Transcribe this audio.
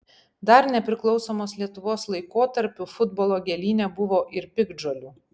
dar nepriklausomos lietuvos laikotarpiu futbolo gėlyne buvo ir piktžolių